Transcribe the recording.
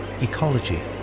ecology